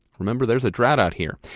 remember, there's a drought out here.